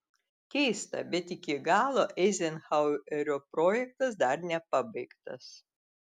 keista bet iki galo eizenhauerio projektas dar nepabaigtas